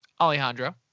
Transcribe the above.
Alejandro